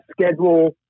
schedule